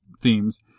themes